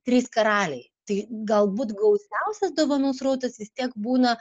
trys karaliai tai galbūt gausiausias dovanų srautas vis tiek būna